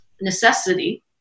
necessity